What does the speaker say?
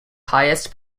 highest